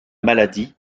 maladie